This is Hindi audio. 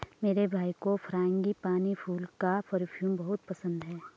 मेरे भाई को फ्रांगीपानी फूल का परफ्यूम बहुत पसंद है